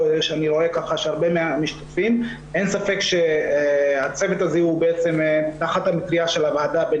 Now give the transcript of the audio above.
אין ספק שהצוות הזה בעצם תחת המטריה של הוועדה הבין